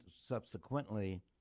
subsequently